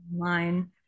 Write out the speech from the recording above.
online